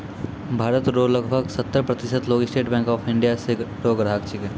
भारत रो लगभग सत्तर प्रतिशत लोग स्टेट बैंक ऑफ इंडिया रो ग्राहक छिकै